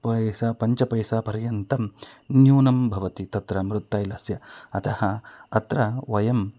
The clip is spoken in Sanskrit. पैसा पञ्चपैसापर्यन्तं न्यूनं भवति तत्र मृत् तैलस्य अतः अत्र वयम्